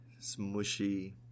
smushy